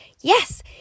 yes